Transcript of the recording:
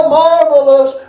marvelous